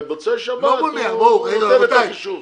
במוצאי שבת הוא נותן את החישוב.